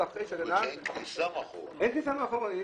ואין כניסה מאחורה.